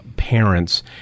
parents